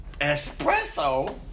Espresso